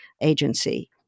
agency